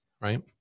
right